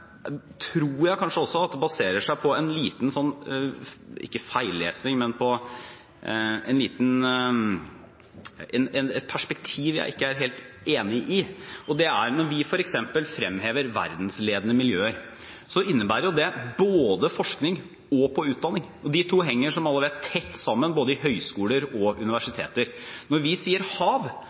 tror jeg vi alle må være. Men samtidig tror jeg det kanskje baserer seg på et perspektiv jeg ikke er helt enig i. Når vi f.eks. fremhever verdensledende miljøer, innebærer det både forskning og utdanning. De to henger – som alle vet – tett sammen både i høyskoler og i universiteter. Når vi sier